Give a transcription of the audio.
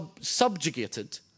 subjugated